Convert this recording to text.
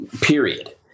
period